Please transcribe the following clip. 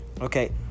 Okay